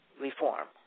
reform